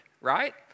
right